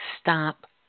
stop